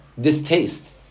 distaste